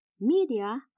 media